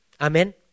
Amen